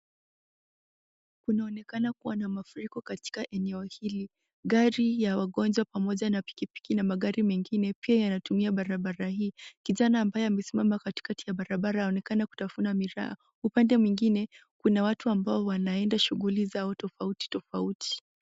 Kunaonekana kuwa na mafuriko katika eneo hili, gari ya wagonjwa pamoja na pikipiki na magari mengine pia yanatumia barabara hii. Kijana ambaye amesimama katikati ya barabara anaonekana kutafuna miraa, upande mwingine kuna watu ambao wanaenda shughuli zao tofauti tofauti.